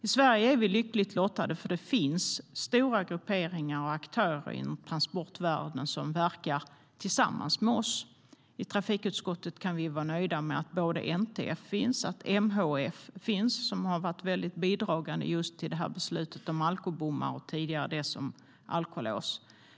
I Sverige är vi lyckligt lockade eftersom det finns stora grupperingar och aktörer inom transportvärlden som verkar tillsammans med oss. I trafikutskottet kan vi vara glada för att NTF finns och att MHF finns, som bidrog mycket till besluten om alkobommar och före det alkolås.